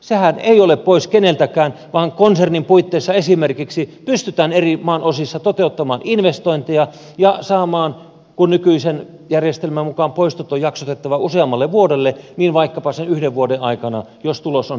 sehän ei ole pois keneltäkään vaan konsernin puitteissa esimerkiksi pystytään eri maan osissa toteuttamaan investointeja ja kun nykyisen järjestelmän mukaan poistot on jaksotettava useammalle vuodelle saamaan poistot vaikkapa sen yhden vuoden aikana jos tulos on sen mukainen